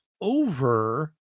over